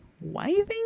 waving